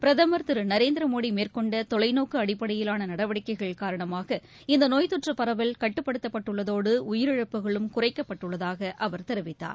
பிரதம் திருநரேந்திரமோடிமேற்கொண்டதொலைநோக்குஅடிப்படையிலானநடவடிக்கைகள் காரணமாக தொற்றுபரவல் கட்டுப்படுத்தபட்டுள்ளதோடு உயிரிழப்புகளும் குறைக்கப்பட்டுள்ளதாகஅவர் இந்தநோய் தெரிவித்தார்